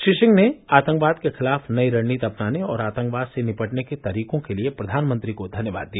श्री सिंह ने आतंकवाद के खिलाफ नई रणनीति अपनाने और आतंकवाद से निपटने के तरीकों के लिए प्रधानमंत्री को धन्यवाद दिया